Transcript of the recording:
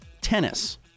tennis